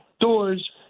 doors